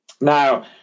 Now